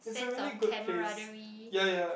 sense of camaraderie